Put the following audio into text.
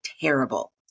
terrible